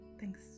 Thanks